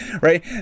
right